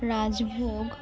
rajbhog